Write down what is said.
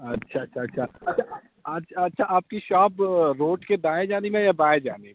اچھا اچھا اچھا اچھا اچھا اچھا آپ کی شاپ روڈ کے دائیں جانے ہیں یا باٮٔیں جانے میں